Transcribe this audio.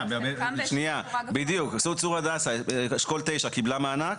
צור הדסה, אשכול תשע, קיבלה מענק?